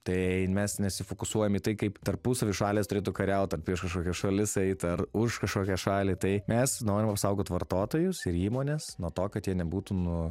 tai mes nesufokusuojam į tai kaip tarpusavy šalys turėtų kariaut ar prieš kokias šalis eit ar už kažkokią šalį tai mes norim apsaugot vartotojus ir įmones nuo to kad jie nebūtų nu